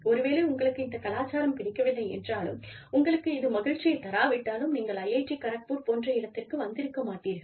ஒருவேளை உங்களுக்கு இந்த கலாச்சாரம் பிடிக்கவில்லை என்றாலும் உங்களுக்கு இது மகிழ்ச்சியைத் தராவிட்டாலும் நீங்கள் IIT கரக்பூர் போன்ற இடத்திற்கு வந்திருக்க மாட்டீர்கள்